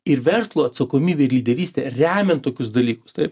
ir verslo atsakomybė ir lyderystė remia tokius dalykus taip